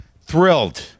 Thrilled